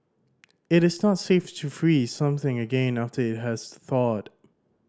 it is not safe to freeze something again after it has thawed